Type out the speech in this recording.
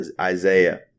Isaiah